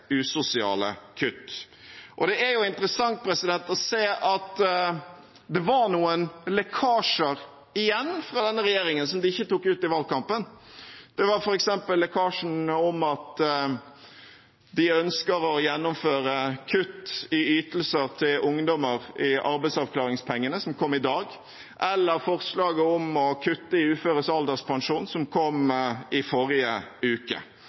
usosiale kutt. Det er interessant å se at det var noen lekkasjer igjen fra denne regjeringen som de ikke tok ut i valgkampen. Det var f.eks. lekkasjen om at de ønsker å gjennomføre kutt i ytelser til ungdommer – i arbeidsavklaringspengene – som kom i dag, og forslaget om å kutte i uføres alderspensjon, som kom i forrige uke.